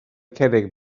cerrig